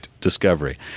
discovery